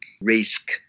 risk